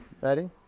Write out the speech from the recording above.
Ready